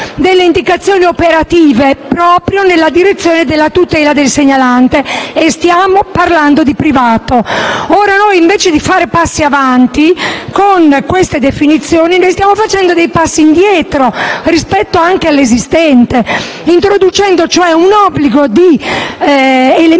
delle indicazioni operative, proprio nella direzione della tutela del segnalante; e stiamo parlando di privato. Ora, invece di fare passi avanti, con queste definizioni stiamo facendo passi indietro rispetto anche all'esistente introducendo un obbligo relativo